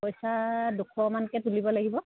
পইচা দুশমানকৈ তুলিব লাগিব